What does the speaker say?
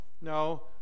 no